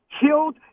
killed